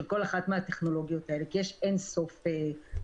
כל אחת מהטכנולוגיות האלה כי יש אין סוף רעיונות.